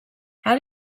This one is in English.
how